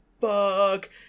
fuck